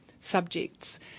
subjects